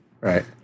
Right